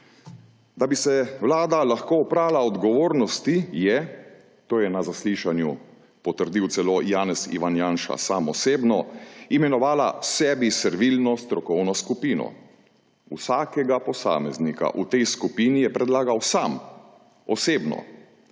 Da bi se Vlada lahko oprala odgovornosti, je – to je na zaslišanju potrdil celo Janez (Ivan) Janša sam osebno – imenovala sebi servilno strokovno skupino. Vsakega posameznika v tej skupini je predlagal sam osebno,